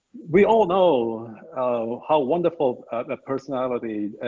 we all know how wonderful a personality